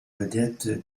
vedette